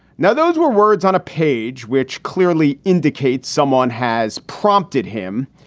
now, those were words on a page which clearly indicates someone has prompted him.